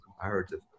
comparative